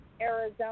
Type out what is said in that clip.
Arizona